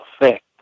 effect